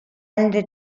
and